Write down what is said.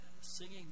singing